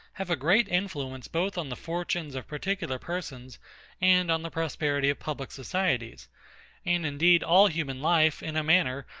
have a great influence both on the fortunes of particular persons and on the prosperity of public societies and indeed all human life, in a manner,